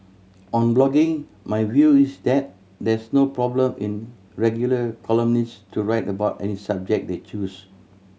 on blogging my view is that there's no problem in regular columnists to write about any subject they choose